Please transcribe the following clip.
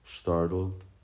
Startled